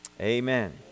Amen